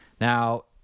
Now